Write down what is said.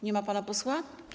Nie ma pana posła?